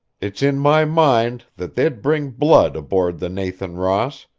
it's in my mind that they'd bring blood aboard the nathan ross.